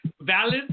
valid